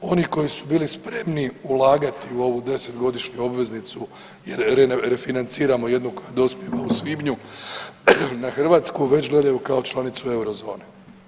Oni koji su bili spremni ulagati u ovu deset godišnju obveznicu jer refinanciramo jednu koja dospijeva u svibnju na Hrvatsku već gledaju kao članicu euro zone.